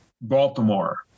Baltimore